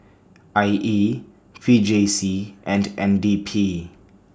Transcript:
I E V J C and N D P